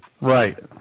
right